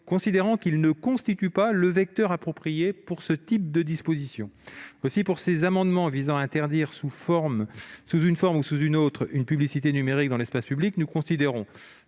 considérant qu'il ne constitue pas le vecteur approprié pour ce type de disposition. Ces amendements visent à interdire sous une forme ou sous une autre la publicité numérique dans l'espace public. Nous considérons